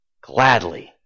Gladly